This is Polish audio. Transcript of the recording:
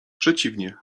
przeciwnie